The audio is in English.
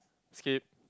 skip